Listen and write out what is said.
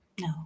no